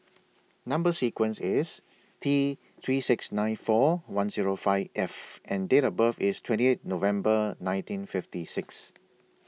Number sequence IS T three six nine four one Zero five F and Date of birth IS twenty eight November nineteen fifty six